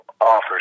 offers